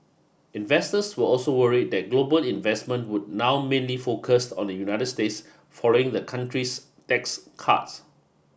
investors were also worried that global investment would now mainly focused on the United States following the country's tax cuts